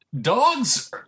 Dogs